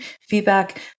feedback